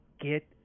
Get